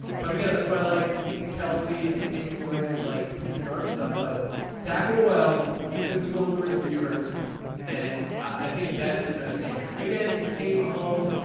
but again that's why i like kelsey and damien williams like ppr stuff but tackle well be physical with the receivers and i think that's your best chance and again contain more homes.